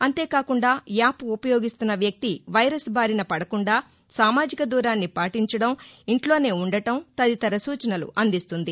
అంతేకాకుండా యాప్ ఉపయోగిస్తున్న వ్యక్తి వైరస్ బారిన పదకుండా సామాజిక దూరాన్ని పాటించడం ఇంట్లోనే ఉండటం తదితర సూచనలు అందిస్తుంది